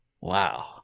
Wow